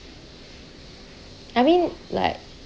I mean like